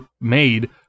made